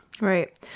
Right